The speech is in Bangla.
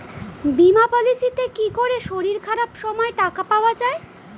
বীমা পলিসিতে কি করে শরীর খারাপ সময় টাকা পাওয়া যায়?